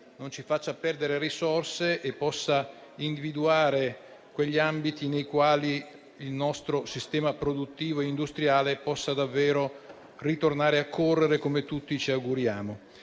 non ci faccia perdere risorse e che possa individuare gli ambiti nei quali il nostro sistema produttivo e industriale possa davvero ritornare a correre, come tutti ci auguriamo.